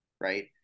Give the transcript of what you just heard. right